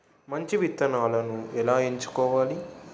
మంచి విత్తనాలను ఎలా ఎంచుకోవాలి?